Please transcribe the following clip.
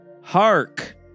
Hark